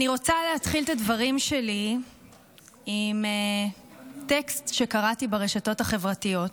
אני רוצה להתחיל את הדברים שלי בטקסט שקראתי ברשתות החברתיות,